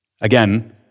Again